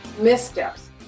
missteps